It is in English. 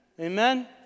amen